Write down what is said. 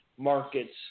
markets